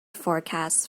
forecast